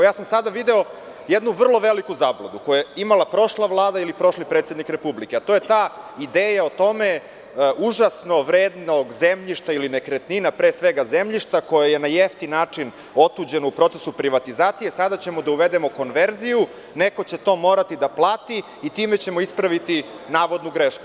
Sada sam video jednu vrlo veliku zabludu, koju je imala prošla Vlada ili prošli predsednik Republike, a to je ta ideja o tome užasno vrednog zemljišta ili nekretnina, pre svega zemljišta, koje je na jeftin način otuđeno u procesu privatizacije, sada ćemo da uvedemo konverziju, neko će to morati da plati i time ćemo ispraviti navodnu grešku.